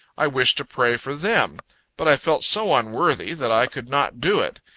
i wished to pray for them but i felt so unworthy, that i could not do it.